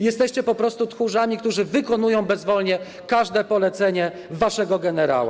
Jesteście po prostu tchórzami, którzy wykonują bezwolnie każde polecenie waszego generała.